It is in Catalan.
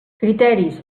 criteris